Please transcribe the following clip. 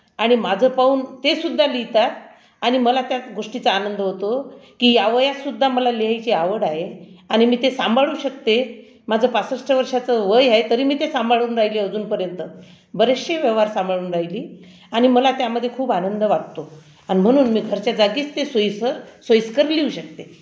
आणि माझं पाहून ते सुद्धा लिहितात आणि मला त्या गोष्टीचा आनंद होते कि या वयात सुद्धा मला लिहायची आवड आहे आणि मी ते सांभाळू शकते माझं पासष्ट वर्षाच वय आहे तरी मी ते सांभाळून राहिली अजूनपर्यंत बरेचसे व्यवहार सांभाळून राहिली आणि मला त्यामध्ये खूप आनंद वाटतो आणि म्हणून मी घरचा जागीच ते सोयीचं सोयीस्कर मी लिहू शकते